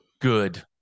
good